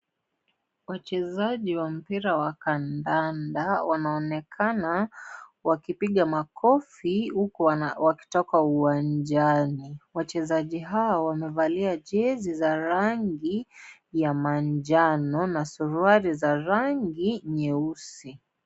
Wachezaji wa mpira wa kandanda wanaonekana wakipiga makofi huku wakitoka uwanjani, wachezaji hao wamevalia jersey za rangi ya manjano na suruali za rangi nyeusi.